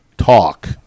talk